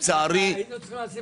פנינו גם